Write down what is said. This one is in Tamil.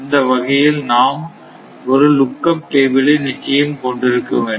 இந்த வகையில் நாம் ஒரு லுக் அப் டேபிளை நிச்சயம் கொண்டிருக்க வேண்டும்